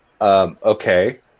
okay